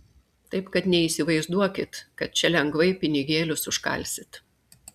taip kad neįsivaizduokit kad čia lengvai pinigėlius užkalsit